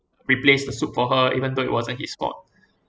replace the soup for her even though it wasn't his fault